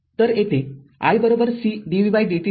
तरयेथे i c dvdt ठेवा